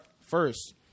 First